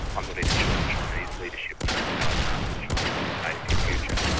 i'm not even sure the chinese leadership knows how powerful china will behave in future.